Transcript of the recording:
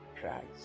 Christ